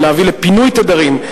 תביא לפינוי תדרים,